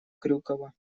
крюкова